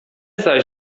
zaś